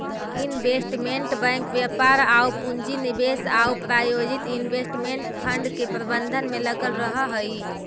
investment bank व्यापार आउ पूंजी निवेश आउ प्रायोजित इन्वेस्टमेंट फंड के प्रबंधन में लगल रहऽ हइ